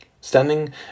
Standing